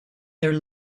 their